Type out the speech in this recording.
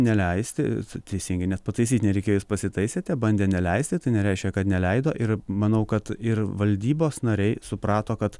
neleisti teisingai nes pataisyti nereikėjo jūs pasitaisėte bandė neleisti tai nereiškia kad neleido ir manau kad ir valdybos nariai suprato kad